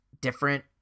different